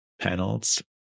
panels